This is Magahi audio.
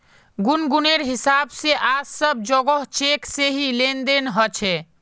गुनगुनेर हिसाब से आज सब जोगोह चेक से ही लेन देन ह छे